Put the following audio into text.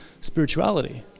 spirituality